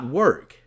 work